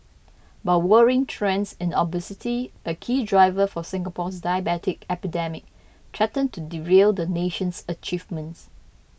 but worrying trends in obesity a key driver for Singapore's diabetes epidemic threaten to derail the nation's achievements